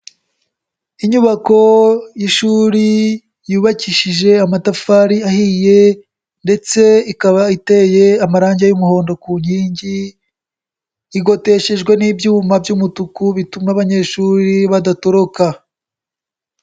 Inyubako y'ishuri yubakishije amatafari ahiye ndetse ikaba iteye amarange y'umuhondo ku nkingi, igoteshejwe n'ibyuma by'umutuku bituma abanyeshuri badatoroka.